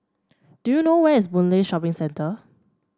do you know where is Boon Lay Shopping Centre